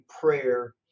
prayer